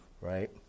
Right